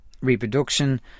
reproduction